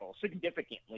significantly